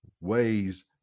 ways